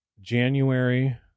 January